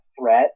Threat